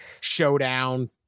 showdown